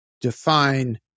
define